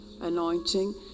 anointing